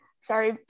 Sorry